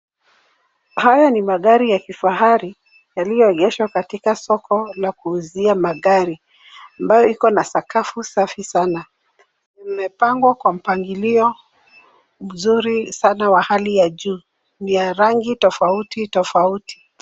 Haya ni magari ya kifahari yaliyo egeshwa katika soko la kuuzia magari ambayo iko na sakafu safi sana. Imepangwa kwa mpangilio mzuri sana wa hali ya juu. Ni ya rangi tofauti tofauti.